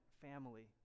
family